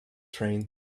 train